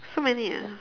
so many eh